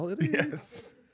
Yes